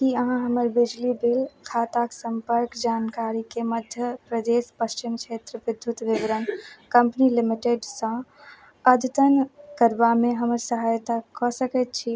की अहाँ हमर बिजली बिल खाताक सम्पर्क जानकारीके मध्य प्रदेश पश्चिम क्षेत्र विवरण विद्युत कम्पनी लिमिटेडसँ अद्यतन करबामे हमर सहायता कऽ सकैत छी